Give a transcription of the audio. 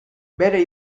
bere